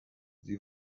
sie